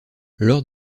lors